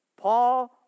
Paul